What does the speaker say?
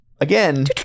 again